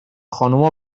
خانوم